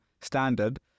standard